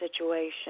situation